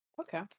okay